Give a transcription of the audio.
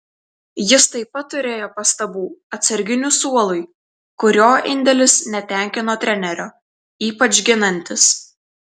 jis taip pat turėjo pastabų atsarginių suolui kurio indėlis netenkino trenerio ypač ginantis